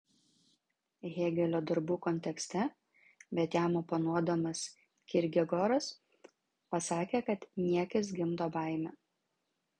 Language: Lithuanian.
hėgelio darbų kontekste bet jam oponuodamas kirkegoras pasakė kad niekis gimdo baimę